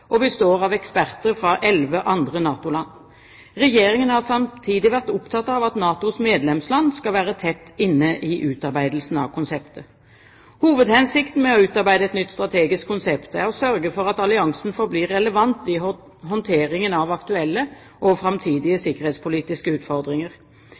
og består av eksperter fra elleve andre NATO-land. Regjeringen har samtidig vært opptatt av at NATOs medlemsland skal være tett inne i utarbeidelsen av konseptet. Hovedhensikten med å utarbeide et nytt strategisk konsept er å sørge for at alliansen forblir relevant i håndteringen av aktuelle og framtidige